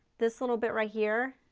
this little bit right here,